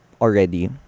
already